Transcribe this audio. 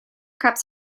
cups